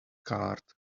cart